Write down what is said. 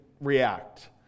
react